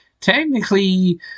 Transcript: technically